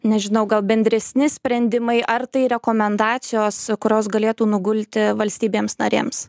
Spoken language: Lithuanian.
nežinau gal bendresni sprendimai ar tai rekomendacijos kurios galėtų nugulti valstybėms narėms